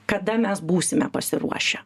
kada mes būsime pasiruošę